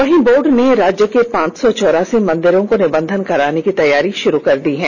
वहीं बोर्ड ने राज्य के पांच सौ चौरासी मंदिरों को निबंधन कराने की तैयारी शुरू की है